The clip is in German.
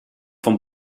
vom